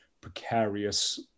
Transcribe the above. precarious